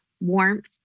warmth